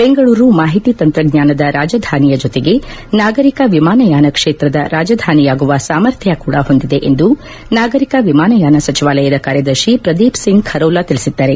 ಬೆಂಗಳೂರು ಮಾಹಿತಿ ತಂತ್ರಜ್ಞಾನದ ರಾಜಧಾನಿಯ ಜೊತೆಗೆ ನಾಗರಿಕ ವಿಮಾನಯಾನ ಕ್ಷೇತ್ರದ ರಾಜಧಾನಿಯಾಗುವ ಸಾಮರ್ಥ್ಯ ಕೂಡ ಹೊಂದಿದೆ ಎಂದು ನಾಗರಿಕ ವಿಮಾನಯಾನ ಸಚಿವಾಲಯದ ಕಾರ್ಯದರ್ಶಿ ಪ್ರದೀಪ್ ಸಿಂಗ್ ಖರೋಲಾ ತಿಳಿಸಿದ್ದಾರೆ